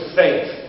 faith